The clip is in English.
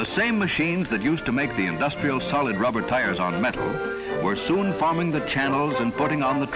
the same machines that used to make the industrial solid rubber tires on metal were soon farming the channels and putting on the